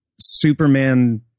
Superman